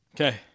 Okay